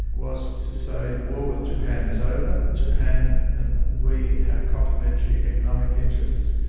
was to say the war with japan is over japan and we have complementary economic interests,